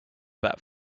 bad